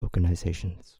organizations